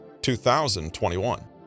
2021